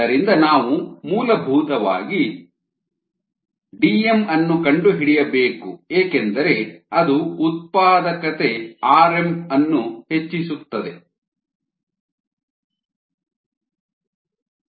ಆದ್ದರಿಂದ ನಾವು ಮೂಲಭೂತವಾಗಿ Dm ಅನ್ನು ಕಂಡುಹಿಡಿಯಬೇಕು ಏಕೆಂದರೆ ಅದು ಉತ್ಪಾದಕತೆ Rm ಅನ್ನು ಹೆಚ್ಚಿಸುತ್ತದೆ Dmm1 KSKSSi0